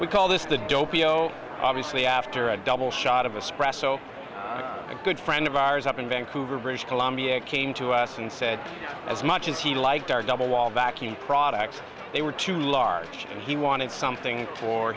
we call this the dopey oh obviously after a double shot of a splash so a good friend of ours up in vancouver british columbia came to us and said as much as he liked our double wall baccy products they were too large and he wanted something for